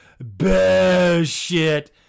bullshit